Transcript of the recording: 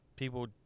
People